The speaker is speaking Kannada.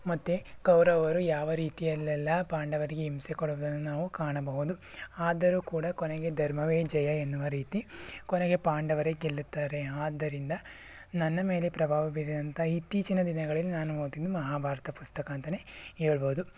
ಮತ್ತೆ ಕೌರವರು ಯಾವ ರೀತಿಯಲ್ಲೆಲ್ಲ ಪಾಂಡವರಿಗೆ ಹಿಂಸೆ ಕೊಡುವುದನ್ನು ನಾವು ಕಾಣಬಹುದು ಆದರೂ ಕೂಡ ಕೊನೆಗೆ ಧರ್ಮವೇ ಜಯ ಎನ್ನುವ ರೀತಿ ಕೊನೆಗೆ ಪಾಂಡವರೇ ಗೆಲ್ಲುತ್ತಾರೆ ಆದ್ದರಿಂದ ನನ್ನ ಮೇಲೆ ಪ್ರಭಾವ ಬೀರಿದಂಥ ಇತ್ತೀಚಿನ ದಿನಗಳಲ್ಲಿ ನಾನು ಓದಿದ್ದು ಮಹಾಭಾರತ ಪುಸ್ತಕ ಅಂತನೇ ಹೇಳ್ಬೋದು